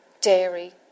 dairy